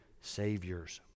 Savior's